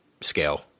scale